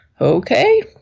okay